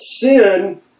sin